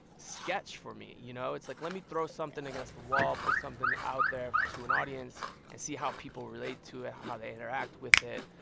sketch for me. you know, it's like let me throw something against the wall, put something out there to an audience and see how people relate to it, ah how they interact with it,